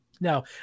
Now